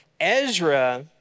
Ezra